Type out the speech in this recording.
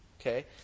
okay